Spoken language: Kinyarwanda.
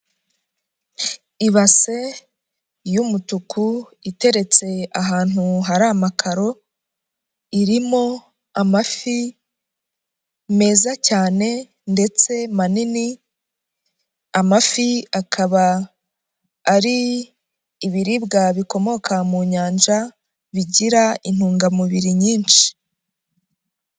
Ibase, y'umutuku, iteretse ahantu hari amakaro. Irimo amafi. meza cyane, ndetse manini, amafi akaba, ari, ibiribwa bikomoka mu nyanja, bigira intungamubiri nyinshi.